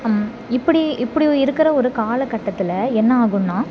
இப்படி இப்படி இருக்கிற ஒரு காலகட்டத்தில் என்ன ஆகும்னா